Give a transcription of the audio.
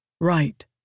right